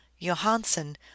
Johansen